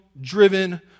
driven